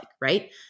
right